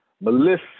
Melissa